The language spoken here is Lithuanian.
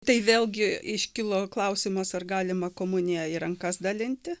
tai vėlgi iškilo klausimas ar galima komuniją į rankas dalinti